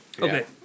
Okay